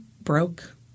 broke